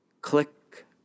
Click